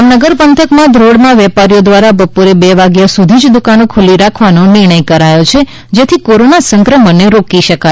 જામનગર પંથકના ધ્રોળમાં વેપારીઓ દ્વારા બપોરે બે વાગ્યા સુધીજ દુકાનો ખુલ્લી રાખવા નિર્ણય કરાયો છે જેથી કોરોના સંક્રમણ ને રોકી શકાય